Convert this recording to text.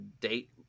date